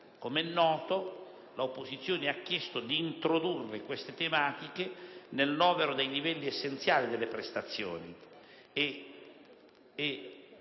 Come è noto, l'opposizione ha chiesto di introdurre queste tematiche nel novero dei livelli essenziali delle prestazioni